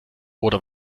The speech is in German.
oder